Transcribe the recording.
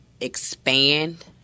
expand